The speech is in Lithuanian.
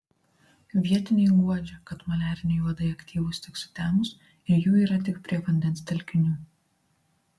vietiniai guodžia kad maliariniai uodai aktyvūs tik sutemus ir jų yra tik prie vandens telkinių